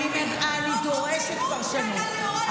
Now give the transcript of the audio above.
תמצאי חוק ספציפי, אני דורשת פרשנות.